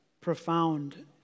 profound